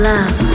love